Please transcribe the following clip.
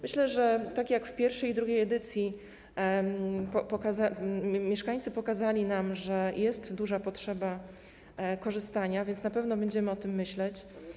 Myślę, że - tak jak podczas pierwszej i drugiej edycji - mieszkańcy pokazali nam, że jest duża potrzeba korzystania z tego, więc na pewno będziemy o tym myśleć.